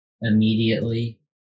immediately